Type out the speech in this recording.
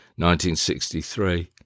1963